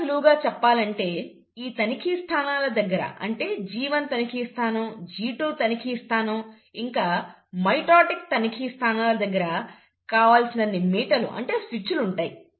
ఇంకా సులువుగా చెప్పాలంటే ఈ తనిఖీ స్థానాల దగ్గర అంటే G1 తనిఖీ స్థానం G2 తనిఖీ స్థానం ఇంకా మైటోటిక్ తనిఖీ స్థానల దగ్గర కావలసినన్ని మీటలు అంటే స్విచ్లు ఉంటాయి